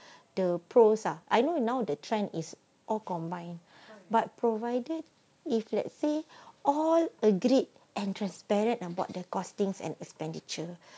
the pros are I know now the trend is all combined but provided if let's say all agreed and transparent on board the costings and expenditure